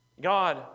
God